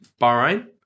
Bahrain